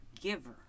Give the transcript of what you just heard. Giver